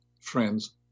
friends